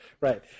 right